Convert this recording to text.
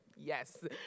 Yes